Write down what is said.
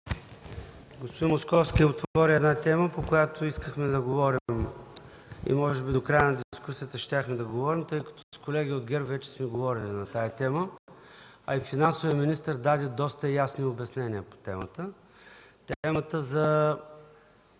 Господин Московски отвори една тема, по която искахме да говорим и може би до края на дискусията щяхме да говорим, тъй като с колеги от ГЕРБ вече сме говорили на тази тема, а и финансовият министър даде доста ясни обяснения по темата – темата за